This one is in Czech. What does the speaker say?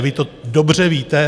Vy to dobře víte.